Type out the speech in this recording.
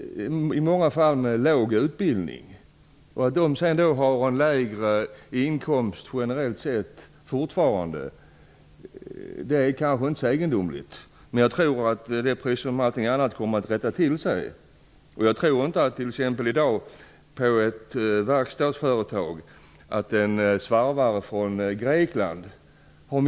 I många fall gällde det lågutbildade. Att de generellt sett fortfarande har lägre inkomster är kanske inte så egendomligt. Men jag tror att det, precis som allting annat, kommer att rätta till sig. Jag tror t.ex. inte att en svarvare från Grekland som arbetar på ett verkstadsföretag får mindre betalt än en svensk svarvare.